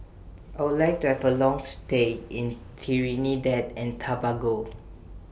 I Would like to Have A Long stay in Trinidad and Tobago